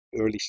early